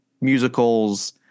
musicals